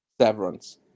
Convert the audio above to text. severance